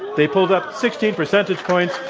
they pulled up sixteen percentage points.